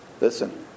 listen